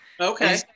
Okay